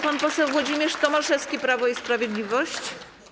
Pan poseł Włodzimierz Tomaszewski, Prawo i Sprawiedliwość.